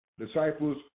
Disciples